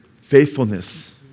faithfulness